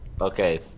Okay